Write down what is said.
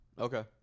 Okay